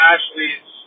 Ashley's